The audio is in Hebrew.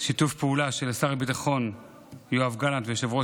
שיתוף פעולה של שר הביטחון יואב גלנט ויושב-ראש